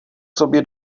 sobě